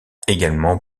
également